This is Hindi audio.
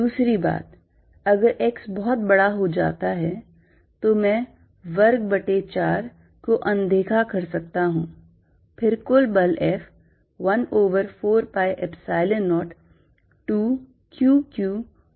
दूसरी बात अगर x बहुत बड़ा हो जाता है तो मैं वर्ग बटे 4 को अनदेखा कर सकता हूं और फिर कुल बल F 1 over 4 pi epsilon 0 2 q q over x square है